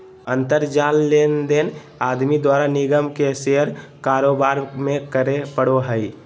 अंतर जाल लेनदेन आदमी द्वारा निगम के शेयर कारोबार में करे पड़ो हइ